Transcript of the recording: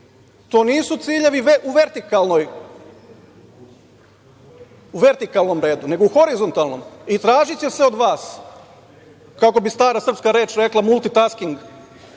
to nisu ciljevi u vertikalnom redu nego u horizontalnom i tražiće se od vas kako bi stara srpska reč rekla - multitasking,